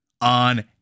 on